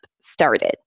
started